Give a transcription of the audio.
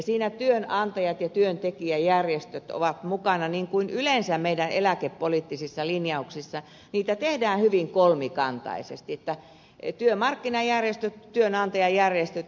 siinä työnantajat ja työntekijäjärjestöt ovat mukana niin kuin yleensä meidän eläkepoliittisissa linjauksissamme niitä tehdään hyvin kolmikantaisesti työmarkkinajärjestöt ja työnantajajärjestöt